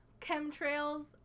Chemtrails